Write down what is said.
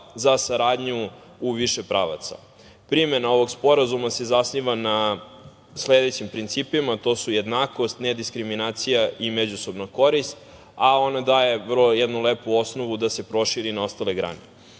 za saradnju u više pravaca. Primena ovog sporazuma se zasniva na sledećim principima – to su jednakost, nediskriminacija i međusobna korist, a ona daje vrlo jednu lepu osnovu da se proširi na ostale grane. Kao